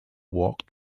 walk